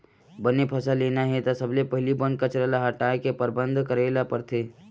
बने फसल लेना हे त सबले पहिली बन कचरा ल हटाए के परबंध करे ल परथे